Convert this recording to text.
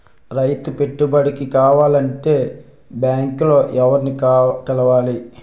రైతు పెట్టుబడికి కావాలంటే బ్యాంక్ లో ఎవరిని కలవాలి?